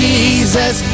Jesus